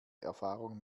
erfahrung